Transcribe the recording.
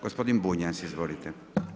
Gospodin Bunjac, izvolite.